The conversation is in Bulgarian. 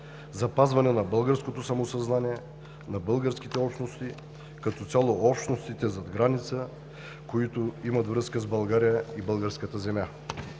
запазване на българското самосъзнание, на българските общности, като цяло общностите зад граница, които имат връзка с България и българската земя,